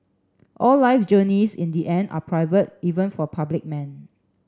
all life journeys in the end are private even for public men